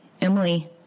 Emily